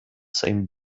same